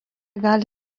gali